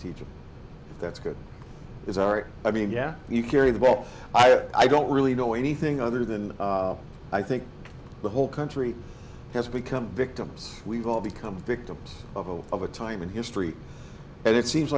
teach that's good is art i mean yeah you carry the ball i don't really know anything other than i think the whole country has become victims we've all become victims of all of a time in history and it seems